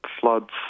floods